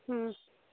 हुँ